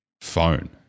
phone